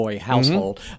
household